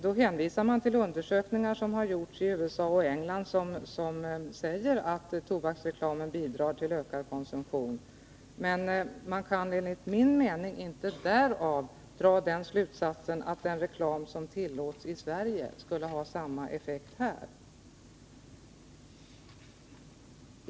Då hänvisar man till undersökningar som har gjorts i USA och England och som visar att tobaksreklamen bidrar till att öka konsumtionen. Man kan emellertid, enligt min mening, inte därav dra slutsatsen att den reklam som tillåts i Sverige skulle ha samma effekt här.